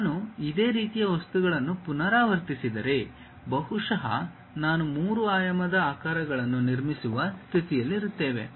ನಾನು ಇದೇ ರೀತಿಯ ವಸ್ತುಗಳನ್ನು ಪುನರಾವರ್ತಿಸಿದರೆ ಬಹುಶಃ ನಾನು ಮೂರು ಆಯಾಮದ ಆಕಾರಗಳನ್ನು ನಿರ್ಮಿಸುವ ಸ್ಥಿತಿಯಲ್ಲಿರುತ್ತೇವೆ